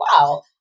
wow